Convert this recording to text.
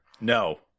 No